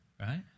right